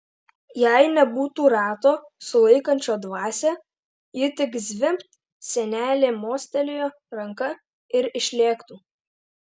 jei nebūtų rato sulaikančio dvasią ji tik zvimbt senelė mostelėjo ranka ir išlėktų